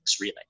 relay